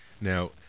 Now